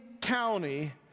county